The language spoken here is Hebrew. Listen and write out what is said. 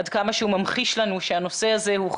עד כמה היא ממחישה לנו שהנושא הזה הוא חי,